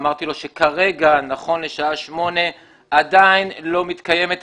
אמרתי לו שכרגע נכון לשעה 20:00 עדיין לא מתקיימת הספירה,